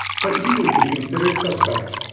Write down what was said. but you would be considered suspect.